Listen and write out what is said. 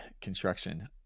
construction